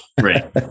Right